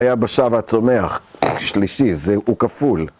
היה בשר מהצומח, שלישי, זה, הוא כפול.